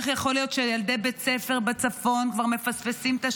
איך יכול להיות שילדי בית ספר בצפון מפספסים כבר